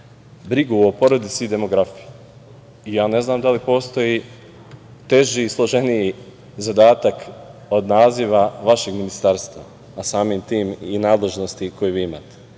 brigu o porodici i demografiji. Ja ne znam da li postoji teži i složeniji zadatak od naziva vašeg ministarstva, a samim tim i nadležnosti koju vi imate.